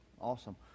Awesome